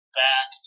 back